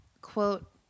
quote